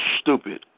stupid